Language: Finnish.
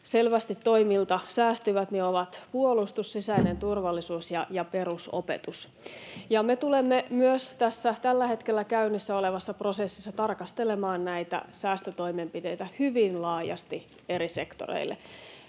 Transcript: selvästi toimilta säästyvät, ovat puolustus, sisäinen turvallisuus ja perusopetus. [Kimmo Kiljunen: Ja eläkeläiset, onko?] Me tulemme myös tässä tällä hetkellä käynnissä olevassa prosessissa tarkastelemaan näitä säästötoimenpiteitä hyvin laajasti eri sektoreille.